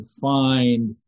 find